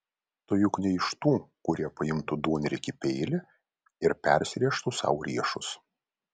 tu juk ne iš tų kuri paimtų duonriekį peilį ir persirėžtų sau riešus